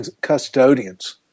custodians